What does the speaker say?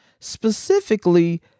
specifically